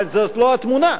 אבל זאת לא התמונה.